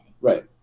Right